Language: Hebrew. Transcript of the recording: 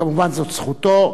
כמובן שזו זכותו.